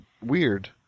weird